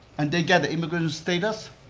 and they get immigrant status,